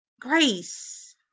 grace